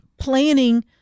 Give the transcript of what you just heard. planning